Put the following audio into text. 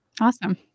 awesome